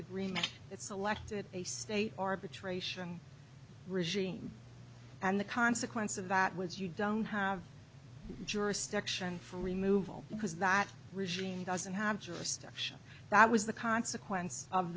agreement that selected a state arbitration regime and the consequence of that was you don't have jurisdiction for removal because that regime doesn't have jurisdiction that was the consequence of